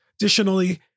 Additionally